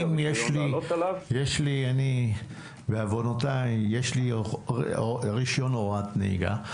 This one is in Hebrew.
רשיון לעלות עליו- -- ואם בעוונותיי יש לי רשיון הוראת נהיגה,